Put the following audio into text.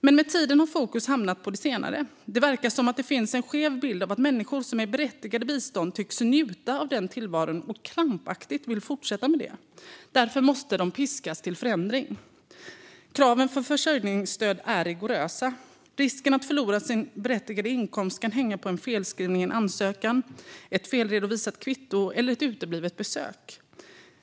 Men med tiden har fokus hamnat på det senare. Det verkar som att det finns en skev bild av att människor som är berättigade till bistånd njuter av den tillvaron, krampaktigt vill fortsätta med det och därför måste piskas till förändring. Kraven för att få försörjningsstöd är rigorösa. Risken att förlora sin berättigade inkomst kan hänga på en felskrivning i en ansökan, ett felredovisat kvitto eller ett uteblivet besök.